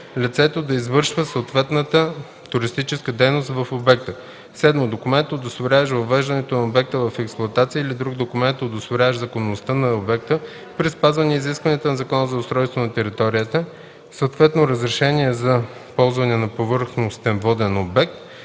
лицето да извършва съответната туристическа дейност в обекта; 7. документ, удостоверяващ въвеждането на обекта в експлоатация, или друг документ, удостоверяващ законността на обекта, при спазване изискванията на Закона за устройство на територията, съответно разрешение за ползване на повърхностен воден обект